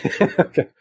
Okay